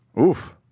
Oof